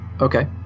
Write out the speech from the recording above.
Okay